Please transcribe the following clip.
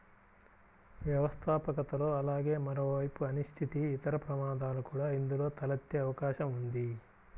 వ్యవస్థాపకతలో అలాగే మరోవైపు అనిశ్చితి, ఇతర ప్రమాదాలు కూడా ఇందులో తలెత్తే అవకాశం ఉంది